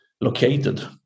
located